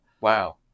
Wow